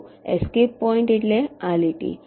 જુઓ escape point એટલે આ લીટી